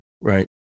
Right